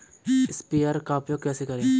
Sprayer का उपयोग कैसे करें?